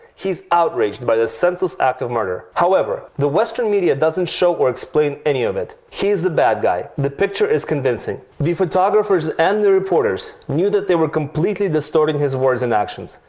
he is outraged by this senseless act of murder. however, the western media doesn't show or explain any of it. he is the bad guy the picture is convincing. the photographers and reporters knew that they were completely distorting his words and actions,